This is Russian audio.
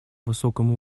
высоком